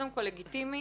קודם כול, לגיטימי